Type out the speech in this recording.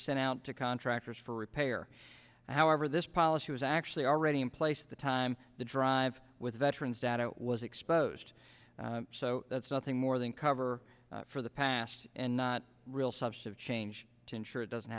sent out to contractors for repair however this policy was actually already in place the time the dr with veterans data was exposed so that's nothing more than cover for the past and not real subs have changed to ensure it doesn't